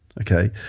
Okay